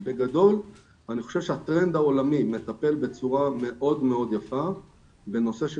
בגדול אני חושב שהטרנד העולמי מטפל בצורה מאוד מאוד יפה בנושא של